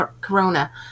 Corona